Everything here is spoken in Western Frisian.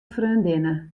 freondinne